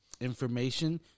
information